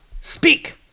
Speak